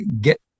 get